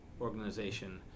organization